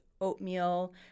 oatmeal